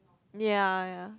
ya